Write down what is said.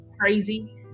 crazy